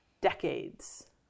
decades